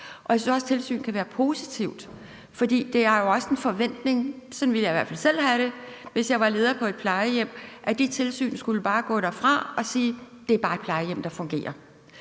og jeg synes også, tilsyn kan være positivt, for der er jo også en forventning om – sådan ville jeg i hvert fald selv have det, hvis jeg var leder på et plejehjem – at de tilsyn bare skulle gå derfra og sige: Det er et plejehjem, der bare fungerer.